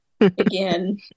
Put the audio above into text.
Again